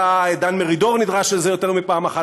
דן מרידור נדרש לזה יותר מפעם אחת.